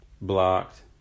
blocked